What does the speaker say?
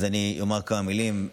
אני אומר כמה מילים.